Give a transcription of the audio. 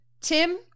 Tim